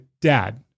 dad